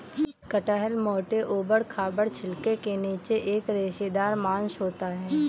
कटहल मोटे, ऊबड़ खाबड़ छिलके के नीचे एक रेशेदार मांस होता है